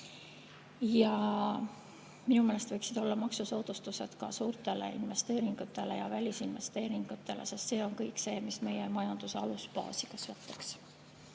minu meelest võiksid olla maksusoodustused ka suurtele investeeringutele ja välisinvesteeringutele, sest see kõik kasvataks meie majanduse alusbaasi.